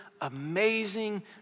amazing